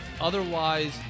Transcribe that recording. otherwise